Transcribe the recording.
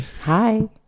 Hi